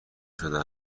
شده